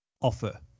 offer